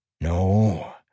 No